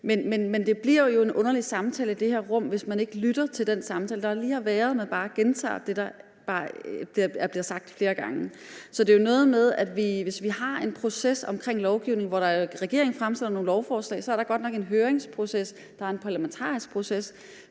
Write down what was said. Men det bliver jo en underlig samtale i det her rum, hvis man ikke lytter til den samtale, der lige har været, men bare gentager det, der er blevet sagt flere gange. Så det er jo noget med, at vi har en proces omkring lovgivning, hvor regeringen fremsætter lovforslag – og så er der godt nok en høringsproces og der er en parlamentarisk proces